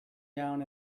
down